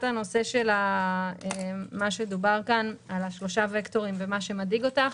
לגבי מה שדובר כאן על שלושה וקטורים ומה שמדאיג אותך